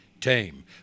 Tame